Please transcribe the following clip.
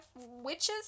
Witches